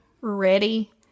ready